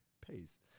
Peace